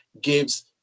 gives